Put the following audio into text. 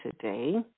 today